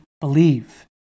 believe